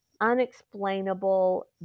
unexplainable